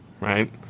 right